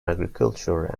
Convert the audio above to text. agriculture